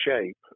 shape